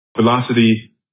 velocity